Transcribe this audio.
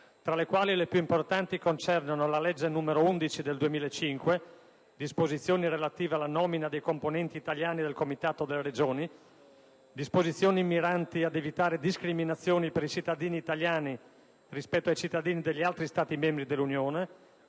tra le quali le più importanti concernono la legge n. 11 del 2005 (disposizioni relative alla nomina dei componenti italiani del Comitato delle Regioni); disposizioni miranti ad evitare discriminazioni per i cittadini italiani rispetto ai cittadini degli altri Stati membri dell'Unione;